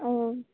ও